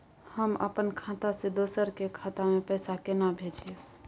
हम अपन खाता से दोसर के खाता में पैसा केना भेजिए?